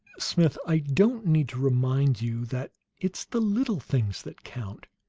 smith, i don't need to remind you that it's the little things that count.